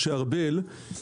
משה ארבל,